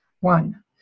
One